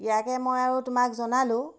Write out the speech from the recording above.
ইয়াকে মই আৰু তোমাক জনালোঁ